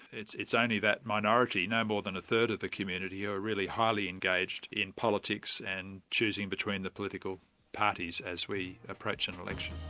it's it's only that minority, no more than a third of the community, who are really highly engaged in politics and choosing between the political parties as we approach an election.